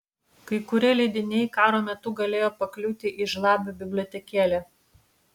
kai kurie leidiniai karo metu galėjo pakliūti į žlabio bibliotekėlę